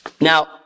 Now